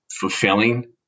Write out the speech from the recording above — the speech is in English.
fulfilling